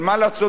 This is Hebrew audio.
אבל מה לעשות?